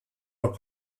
are